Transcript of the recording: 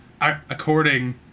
according